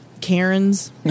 Karens